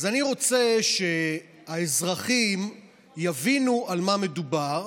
אז אני רוצה שהאזרחים יבינו על מה מדובר,